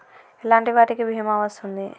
ఎలాంటి వాటికి బీమా వస్తుంది?